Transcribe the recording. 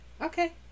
Okay